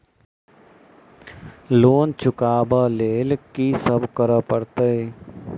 Loan चुका ब लैल की सब करऽ पड़तै?